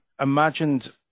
imagined